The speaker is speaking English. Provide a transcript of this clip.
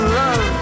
love